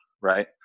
right